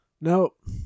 Nope